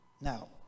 Now